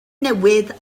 newydd